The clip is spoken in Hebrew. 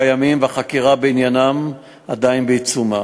ימים והחקירה בעניינם עדיין בעיצומה.